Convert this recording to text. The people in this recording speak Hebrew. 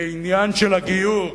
בעניין של הגיור.